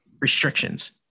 restrictions